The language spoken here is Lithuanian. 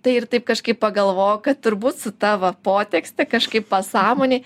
tai ir taip kažkaip pagalvojau kad turbūt su ta va potekste kažkaip pasąmonėj